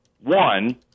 one